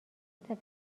دفه